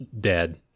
dead